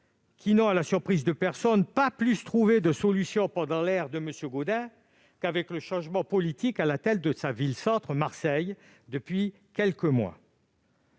qui n'ont, à la surprise de personne, pas plus trouvé de solution pendant l'ère de M. Gaudin qu'après le changement politique survenu à la tête de sa ville-centre, Marseille, voilà quelques mois.